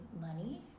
money